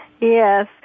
Yes